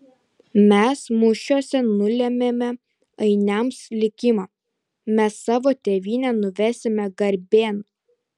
mes mūšiuose nulėmėme ainiams likimą mes savo tėvynę nuvesime garbėn